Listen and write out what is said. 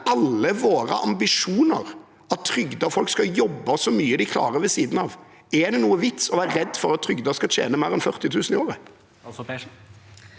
alle våre ambisjoner at trygdede folk skal jobbe så mye de klarer ved siden av? Er det noen vits i å være redd for at trygdede skal tjene mer enn 40 000 i året?